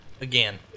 Again